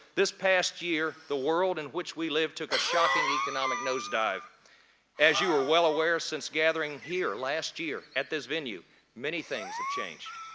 this past year the world in which we live took a shocking economic nose-dive. as you are well aware since gathering here last year at this venue many things have changed.